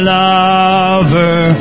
lover